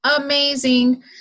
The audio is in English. amazing